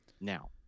Now